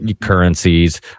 currencies